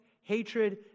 hatred